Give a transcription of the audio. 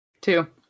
Two